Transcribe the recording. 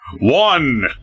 One